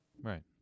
right